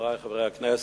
חברי חברי הכנסת,